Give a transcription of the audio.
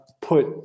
put